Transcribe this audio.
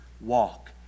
walk